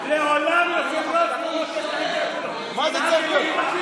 מעולם יושב-ראש --- בושה, ביזיון.